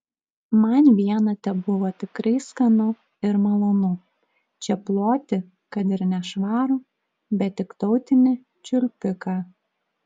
man viena tebuvo tikrai skanu ir malonu čėploti kad ir nešvarų bet tik tautinį čiulpiką